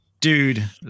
Dude